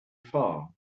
far